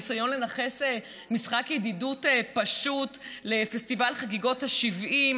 ניסיון לנכס משחק ידידות פשוט לפסטיבל חגיגות ה-70,